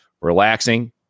relaxing